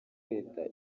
leta